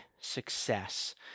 success